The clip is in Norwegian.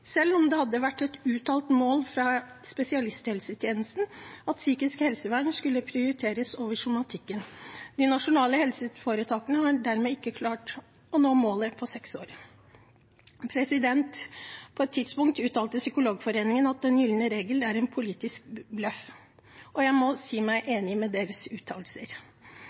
selv om det hadde vært et uttalt mål for spesialisthelsetjenesten at psykisk helsevern skulle prioriteres over somatikken. De nasjonale helseforetakene har dermed ikke klart å nå målet på seks år. På et tidspunkt uttalte Psykologforeningen at den gylne regel er en politisk bløff. Jeg må si meg enig i deres